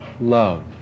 love